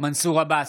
מנסור עבאס,